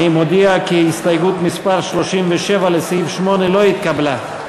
אני מודיע כי הסתייגות מס' 37 לסעיף 8 לא התקבלה.